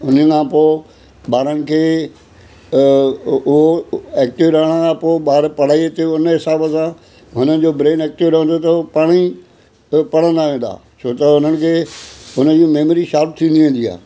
उनखां पोइ ॿारनि खे उहो एक्टिव रहणु खां पोइ ॿार पढ़ाईअ ते उन हिसाब सां हुनजो ब्रेन एक्टिव रहंदो त पाण ई हू पढ़ंदा वेंदा छो त उन्हनि खे उन्हनि जी मेमोरी शार्प थींदी वेंदी आहे